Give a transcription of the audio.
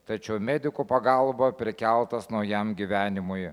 tačiau medikų pagalba prikeltas naujam gyvenimui